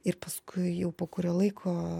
ir paskui jau po kurio laiko